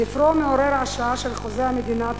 ספרו מעורר ההשראה של חוזה המדינה,